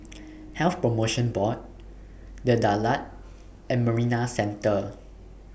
Health promotion Board The Daulat and Marina Centre